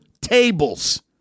tables